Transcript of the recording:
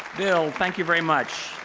bill, thank you very much.